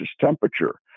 temperature